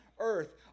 earth